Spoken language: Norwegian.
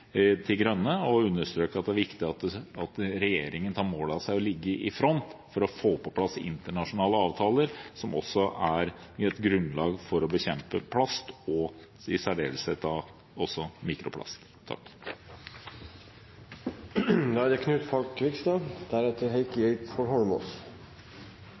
Grønne, og understreke at det er viktig at regjeringen tar mål av seg til å ligge i front for å få på plass internasjonale avtaler, som er et grunnlag for å bekjempe plast, i særdeleshet mikroplast. Mikroplast, plastavfall og plastgjenstander som kommer på avveier, er